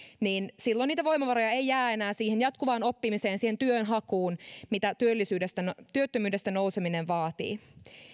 silloin niitä voimavaroja ei jää enää siihen jatkuvaan oppimiseen siihen työnhakuun mitä työttömyydestä nouseminen vaatii